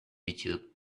youtube